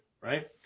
Right